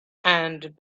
and